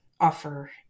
offer